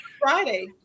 Friday